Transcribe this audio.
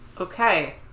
Okay